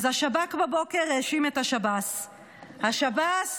אז בבוקר השב"כ